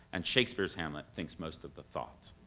and shakespeare's hamlet thinks most of the thoughts.